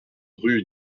rue